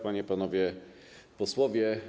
Panie i Panowie Posłowie!